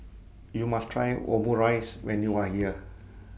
YOU must Try Omurice when YOU Are here